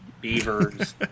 beavers